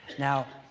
now,